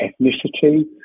ethnicity